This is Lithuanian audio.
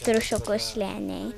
triušiukų slėnyj